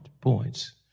points